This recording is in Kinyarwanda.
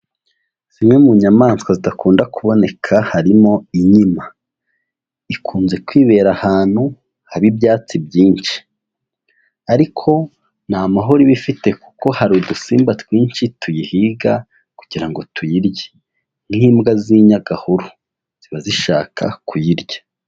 Zimwe mu nyamaswa zidakunda kuboneka harimo inkima, ikunze kwibera ahantu haba ibyatsi byinshi ariko nta mahoro iba ifite kuko hari udusimba twinshi tuyihiga kugira ngo tuyirye nk'imbwa z'inyagahuru ziba zishaka kuyirya.